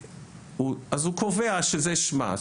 אז הוא קובע שזה שמע,